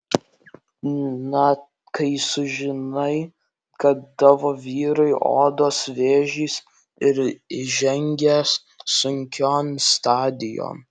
na kai sužinai kad tavo vyrui odos vėžys ir įžengęs sunkion stadijon